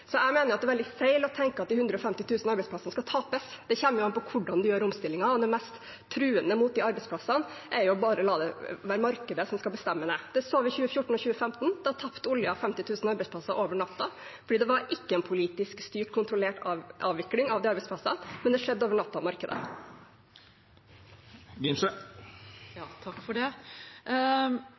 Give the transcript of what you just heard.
Jeg mener det er veldig feil å tenke at de 150 000 arbeidsplassene skal tapes. Det kommer jo an på hvordan man gjør omstillingen. Det mest truende mot de arbeidsplassene er jo å la det være bare markedet som bestemmer. Det så vi i 2014 og 2015. Da tapte oljesektoren over 50 000 arbeidsplasser over natta, for det var ikke en politisk styrt, kontrollert avvikling av arbeidsplassene, men det skjedde over natta av markedet. Jeg opplever det